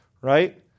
right